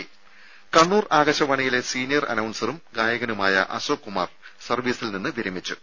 രും കണ്ണൂർ ആകാശവാണിയിലെ സീനിയർ അനൌൺസറും ഗായകനുമായ അശോക് കുമാർ സർവ്വീസിൽ നിന്ന് വിരമിച്ചു